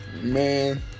Man